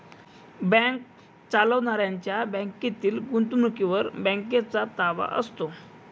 bank चालवणाऱ्यांच्या बँकेतील गुंतवणुकीवर बँकेचा ताबा असतो